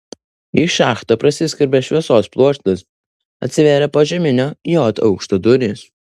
į šachtą prasiskverbė šviesos pluoštas atsivėrė požeminio j aukšto durys